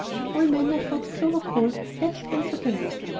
and all manner of what clover called lead-pencil games,